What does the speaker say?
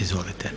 Izvolite.